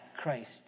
Christ